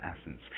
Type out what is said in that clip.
essence